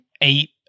eight